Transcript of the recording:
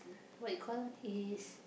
what you call it's